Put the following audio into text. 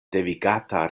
devigata